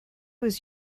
was